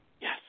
yes